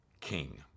king